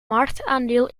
marktaandeel